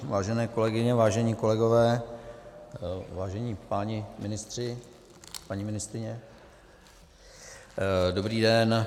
Vážené kolegyně, vážení kolegové, vážení páni ministři, paní ministryně, dobrý den.